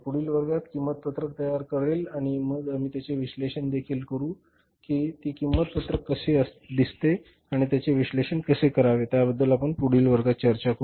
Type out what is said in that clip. पुढील वर्गात किंमत पत्रक तयार करेल आणि मग आम्ही त्याचे विश्लेषण देखील करू की ती किंमत पत्रक कसे दिसते आणि त्याचे विश्लेषण कसे करावे त्याबद्दल आपण पुढच्या वर्गात चर्चा करू